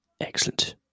excellent